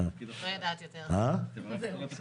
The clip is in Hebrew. מה שלומך?).